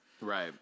Right